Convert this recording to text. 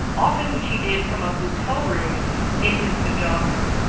often which he did from a hotel room in his pajamas.